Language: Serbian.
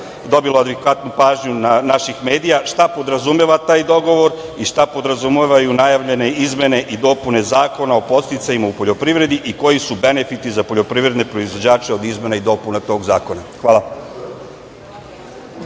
dobilo adekvatnu pažnju naših medija – šta podrazumeva taj dogovor i šta podrazumevaju najavljene izmene i dopune Zakona o podsticajima u poljoprivredi i koji su benefiti za poljoprivredne proizvođače od izmene i dopune tog zakona? Hvala.